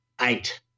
eight